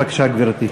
בבקשה, גברתי.